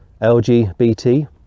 lgbt